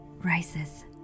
rises